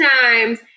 times